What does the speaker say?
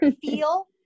feel